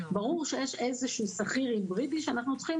ברור שיש איזה שהוא שכיר היברידי שאנחנו צריכים